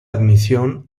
admisión